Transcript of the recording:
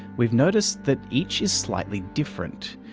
we've noticed that each is slightly different,